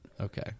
Okay